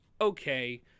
okay